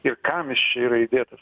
ir kam jis čia yra įdėtas